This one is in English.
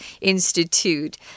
Institute